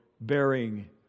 bearing